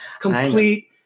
complete